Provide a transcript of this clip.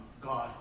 God